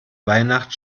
weihnacht